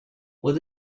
what